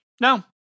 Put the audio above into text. No